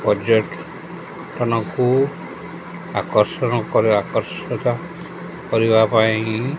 ପର୍ଯ୍ୟଟଟନକୁ ଆକର୍ଷଣ କରା ଆକର୍ଷିତ କରିବା ପାଇଁ